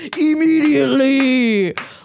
immediately